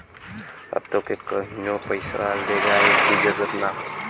अब तोके कहींओ पइसवा ले जाए की जरूरत ना